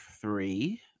three